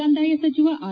ಕಂದಾಯ ಸಚಿವ ಆರ್